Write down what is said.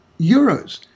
euros